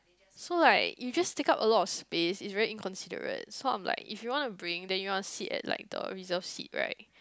so like you just take up a lot of space it's very inconsiderate so I'm like if you want to bring then you want to sit at like the reserved seat right